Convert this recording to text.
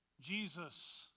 Jesus